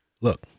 look